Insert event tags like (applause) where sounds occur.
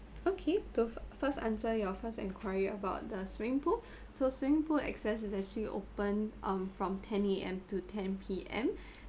okay to f~ first answer your first inquiry about the swimming pool (breath) so swimming pool access is actually opened um from ten A_M to ten P_M (breath)